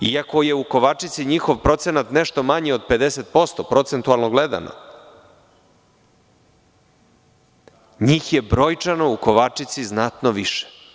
Iako je u Kovačici njihov procenat nešto manji od 50%, procentualno gledano, njih je brojčano u Kovačici znatno više.